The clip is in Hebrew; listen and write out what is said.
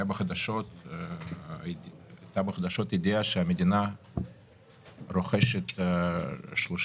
לפני יומיים הייתה בחדשות ידיעה שהמדינה רוכשת 30